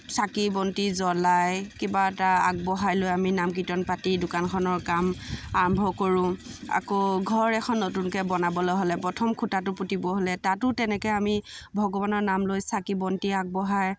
চাকি বন্তি জ্বলাই কিবা এটা আগবঢ়াই লৈ আমি নাম কীৰ্তন পাতি দোকানখনৰ কাম আৰম্ভ কৰোঁ আকৌ ঘৰ এখন নতুনকৈ বনাবলৈ হ'লে প্ৰথম খুটাটো পুতিব হ'লে তাতো তেনেকৈ আমি ভগৱানৰ নাম লৈ চাকি বন্তি আগবঢ়াই